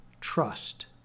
trust